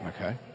Okay